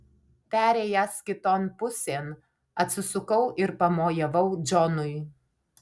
perėjęs kiton pusėn atsisukau ir pamojavau džonui